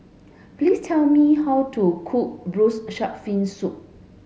please tell me how to cook braised shark fin soup